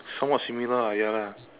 somewhat similar ah ya lah